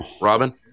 Robin